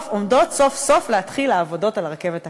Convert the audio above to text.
סוף-סוף להתחיל העבודות על הרכבת הקלה.